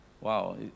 Wow